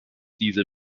dieser